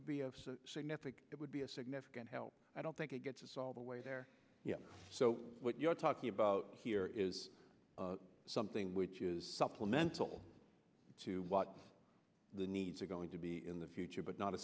be a significant it would be a significant help i don't think it gets us all the way there so what you're talking about here is something which is supplemental to what the needs are going to be in the future but not a